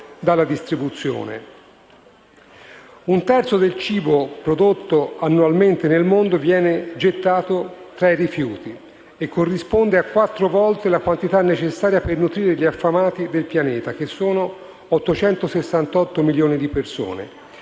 Un terzo del cibo prodotto annualmente nel mondo viene gettato tra i rifiuti e corrisponde a quattro volte la quantità necessaria per nutrire gli affamati del Pianeta, che sono 868 milioni di persone.